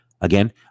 Again